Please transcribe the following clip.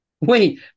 Wait